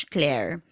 Claire